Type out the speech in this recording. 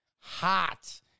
hot